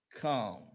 come